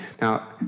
Now